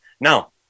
Now